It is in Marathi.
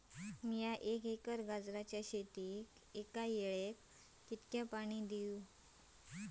मीया एक एकर गाजराच्या शेतीक एका वेळेक कितक्या पाणी देव?